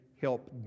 help